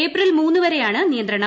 April മൂന്നുവരെയാണ് നിയന്ത്രണം